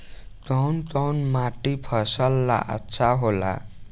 कौन कौनमाटी फसल ला अच्छा होला?